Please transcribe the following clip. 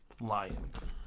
lions